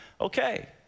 okay